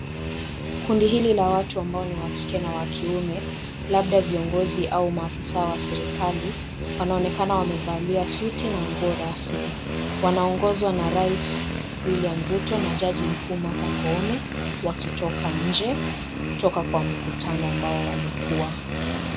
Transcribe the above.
Kundi hili la watu ambao ni wa kike na wa kiume, labda viongozi au maafisa wa serikali, wanaonekana wamevalia suti na nguo rasmi, wanaongozwa na rais William Ruto na jaji mkuu Martha Koome wakitoka nje kutoka kwa mkutano ambao walikua.